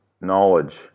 knowledge